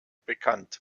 bekannt